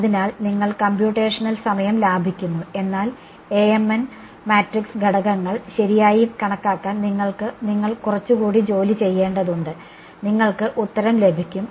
അതിനാൽ നിങ്ങൾ കമ്പ്യൂട്ടേഷണൽ സമയം ലാഭിക്കുന്നു എന്നാൽ എഎംഎൻ മാട്രിക്സ് ഘടകങ്ങൾ ശരിയായി കണക്കാക്കാൻ നിങ്ങൾ കുറച്ച് കൂടി ജോലി ചെയ്യേണ്ടതുണ്ട് നിങ്ങൾക്ക് ഉത്തരം ലഭിക്കും